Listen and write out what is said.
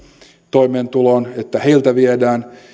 toimeentuloon että heiltä viedään